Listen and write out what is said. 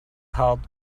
help